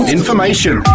information